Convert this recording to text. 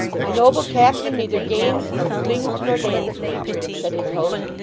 my noble captain neither games, nor sings, nor dances said his host,